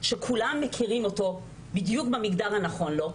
שכולם מכירים אותו בדיוק במגדר הנכון לו,